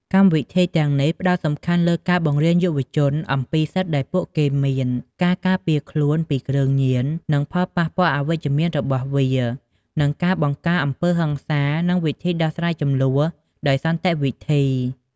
កម្មវិធីទាំងនេះផ្តោតសំខាន់លើការបង្រៀនយុវជនអំពីសិទ្ធិដែលពួកគេមាន ការការពារខ្លួនពីគ្រឿងញៀន និងផលប៉ះពាល់អវិជ្ជមានរបស់វា និងការបង្ការអំពើហិង្សា និងវិធីដោះស្រាយជម្លោះដោយសន្តិវិធី។